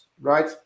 right